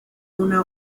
una